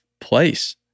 place